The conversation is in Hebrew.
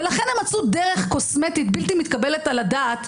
ולכן הם מצאו דרך קוסמטית בלתי מתקבלת על הדעת,